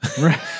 Right